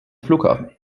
flughafen